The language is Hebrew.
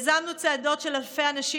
יזמנו צעדות של אלפי אנשים,